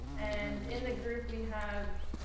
and in the group we have.